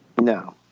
No